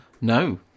No